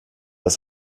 ist